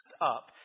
up